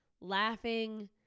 laughing